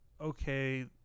okay